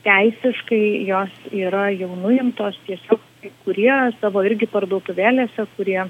teisiškai jos yra jau nuimtos tiesiog kai kurie savo irgi parduotuvėlėse kurie